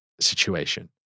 situation